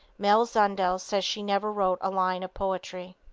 mlle. zundel says she never wrote a line of poetry.